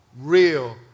real